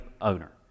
owner